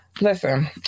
listen